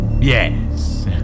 Yes